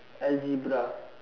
algebra